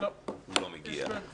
הוא לא מגיע.